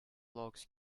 logs